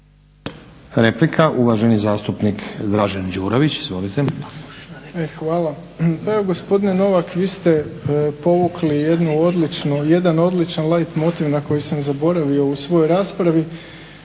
Replika, uvaženi zastupnik Dražen Đurović. Izvolite. **Đurović, Dražen (HDSSB)** Hvala. Pa evo gospodine Novak, vi ste povukli jedan odličan light motiv na koji sam zaboravio u svojoj raspravi,